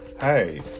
hey